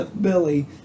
Billy